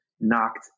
knocked